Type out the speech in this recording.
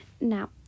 now